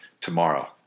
tomorrow